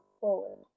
forward